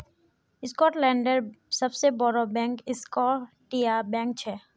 स्कॉटलैंडेर सबसे बोड़ो बैंक स्कॉटिया बैंक छे